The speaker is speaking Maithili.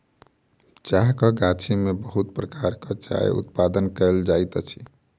चाहक गाछी में बहुत प्रकारक चायक उत्पादन कयल जाइत अछि